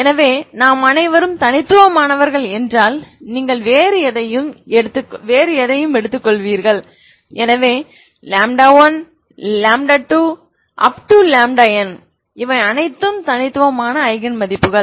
எனவே நான் அனைவரும் தனித்துவமானவர்கள் என்றால் நீங்கள் வேறு எதையும் எடுத்துக்கொள்வீர்கள் எனவே 1 2 n இவை அனைத்தும் தனித்துவமான ஐகன் மதிப்புகள்